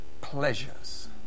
pleasures